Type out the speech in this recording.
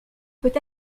peut